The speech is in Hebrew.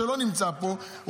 שלא נמצא פה,